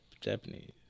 Japanese